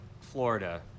Florida